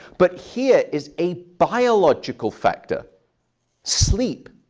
but here is a biological factor sleep